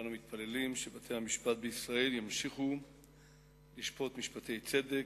כולנו מתפללים שבתי-המשפט בישראל ימשיכו לשפוט משפטי צדק,